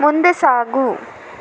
ಮುಂದೆ ಸಾಗು